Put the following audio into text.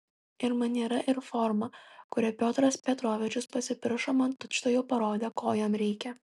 ir maniera ir forma kuria piotras petrovičius pasipiršo man tučtuojau parodė ko jam reikia